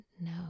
no